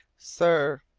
sir,